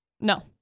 No